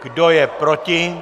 Kdo je proti?